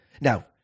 Now